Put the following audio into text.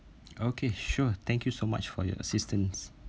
okay sure thank you so much for your assistance